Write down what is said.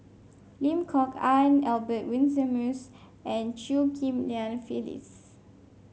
Lim Kok Ann Albert Winsemius and Chew Ghim Lian Phyllis